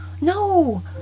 No